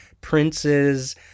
princes